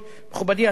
מכובדי השר,